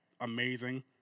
amazing